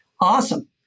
Awesome